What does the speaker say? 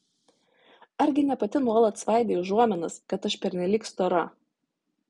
argi ne pati nuolat svaidei užuominas kad aš pernelyg stora